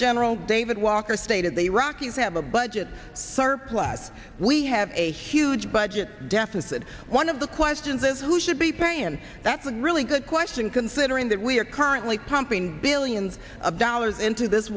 general david walker stated the rockies have a budget surplus we have a huge budget deficit one of the questions is who should be paying and that's a really good question considering that we are currently pumping billions of dollars into this